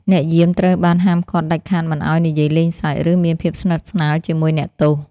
អ្នកយាមត្រូវបានហាមឃាត់ដាច់ខាតមិនឱ្យនិយាយលេងសើច ឬមានភាពស្និទ្ធស្នាលជាមួយអ្នកទោស។